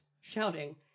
shouting